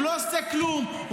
הוא לא עושה כלום.